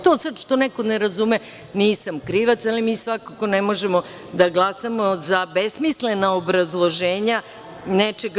Što to sad neko ne razume, nisam krivac, ali mi svakako ne možemo da glasamo za besmislena obrazloženja nečega.